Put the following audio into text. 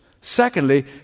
secondly